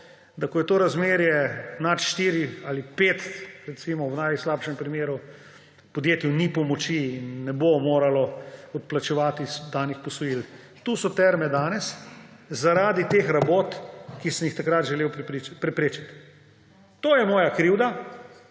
– ko je to razmerje nad 4 ali recimo 5 v najslabšem primeru, podjetju ni pomoči in ne bo moglo odplačevati danih posojil. Tu so terme danes zaradi teh rabot, ki sem jih takrat želel preprečiti. To je moja krivda.